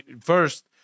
first